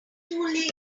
too